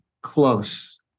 close